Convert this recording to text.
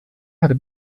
hatte